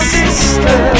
sister